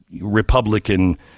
Republican